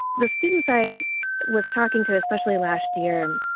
the students i was talking to, especially last year,